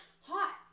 hot